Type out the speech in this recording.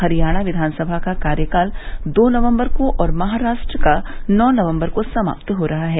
हरियाणा विधानसभा का कार्यकाल दो नवम्बर को और महाराष्ट्र का नौ नवम्बर को समाप्त हो रहा है